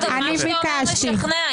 הוא אומר - אם